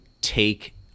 take